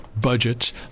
budgets